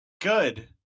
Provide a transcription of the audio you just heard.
Good